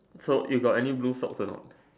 so you got any blue socks or not